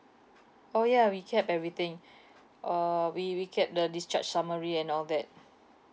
oh ya we kept everything uh we we kept the discharge summary and all that